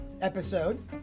episode